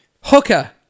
Hooker